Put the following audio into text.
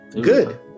Good